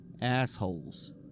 assholes